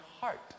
heart